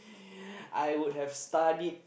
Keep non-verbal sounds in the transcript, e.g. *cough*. *breath* I would have study